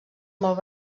molt